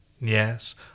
Yes